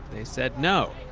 they said no.